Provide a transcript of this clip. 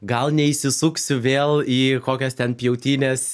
gal neįsisuksiu vėl į kokias ten pjautynes